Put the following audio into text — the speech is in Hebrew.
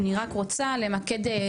אני רק רוצה למקד,